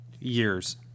years